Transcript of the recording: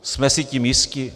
Jsme si tím jisti?